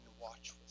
watch